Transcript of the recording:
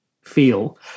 feel